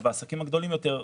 בעסקים הגדולים יותר,